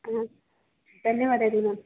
ಹಾಂ ಧನ್ಯವಾದಗಳು ಮ್ಯಾಮ್